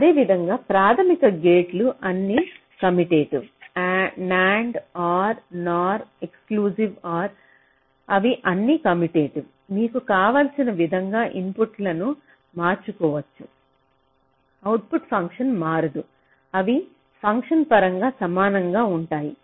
అదేవిధంగా ప్రాథమిక గేట్ల అన్ని commutative NAND OR NOR exclusive OR అవి అన్నీ కమ్యుటేటివ్ మీకు కావలసిన విధంగా ఇన్పుట్లను మార్చుకోవచ్చు అవుట్పుట్ ఫంక్షన్ మారదు అవి ఫంక్షన్ పరంగా సమానంగా ఉంటాయి